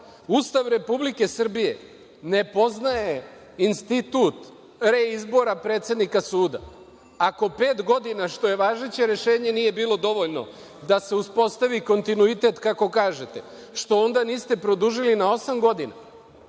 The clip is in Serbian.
toga. Ustav Republike Srbije ne poznaje institut reizbora predsednika suda. Ako pet godina, što je važeće rešenje, nije bilo dovoljno da se uspostavi kontinuitet, kako kažete, što onda niste produžili na osam godina?